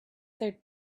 their